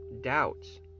doubts